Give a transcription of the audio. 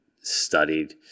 studied